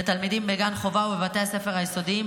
לתלמידים בגן חובה ובבתי הספר היסודיים,